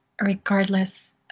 regardless